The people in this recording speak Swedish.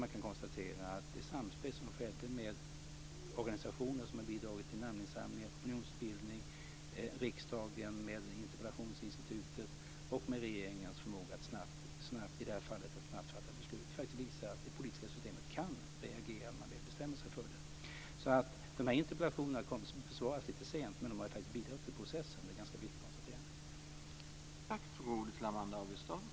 Man kan konstatera att det samspel som skedde med de organisationer som har bidragit till namninsamlingar och opinionsbildning, riksdagen med interpellationsinstitutet och regeringens förmåga att snabbt fatta beslut visar att det politiska systemet kan reagera om man väl bestämmer sig för det. De här interpellationerna besvarades lite sent, men de har bidragit till processen. Det är ett viktigt konstaterande.